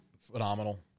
phenomenal